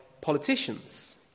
politicians